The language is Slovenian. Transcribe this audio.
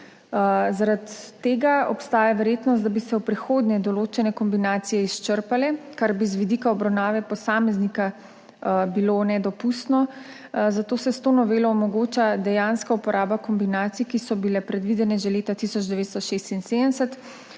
Zaradi tega obstaja verjetnost, da bi se v prihodnje določene kombinacije izčrpale, kar bi bilo z vidika obravnave posameznika nedopustno, zato se s to novelo omogoča dejanska uporaba kombinacij, ki so bile predvidene že leta 1976,